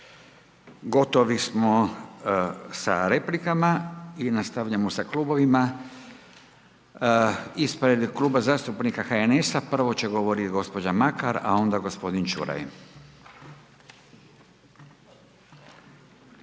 Gotovi smo sa replikama i nastavljamo sa klubovima. Ispred Kluba zastupnika HNS-a prvo će govoriti gospođa Makar a onda gospodin Čuraj.